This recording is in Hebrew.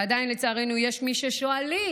ועדיין, לצערנו, יש מי ששואלים